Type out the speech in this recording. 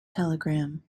telegram